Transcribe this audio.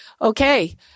Okay